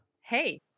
Hey